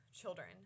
children